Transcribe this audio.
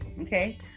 Okay